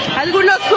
algunos